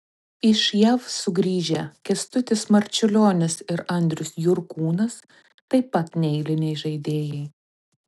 iš jav sugrįžę kęstutis marčiulionis ir andrius jurkūnas taip pat neeiliniai žaidėjai